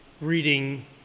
reading